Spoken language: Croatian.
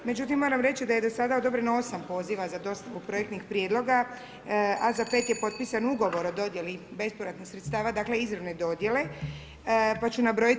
Međutim, moram reći da je do sada odobreno 8 poziva za dostavu projektnih prijedloga, a za 5 je potpisan ugovor o dodjeli bezpovratnih sredstava dakle, izravne dodjele, pa ću nabrojiti.